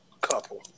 couple